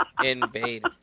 invade